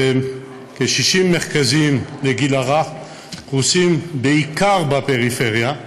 וכ-60 מרכזים לגיל הרך פרוסים בעיקר בפריפריה,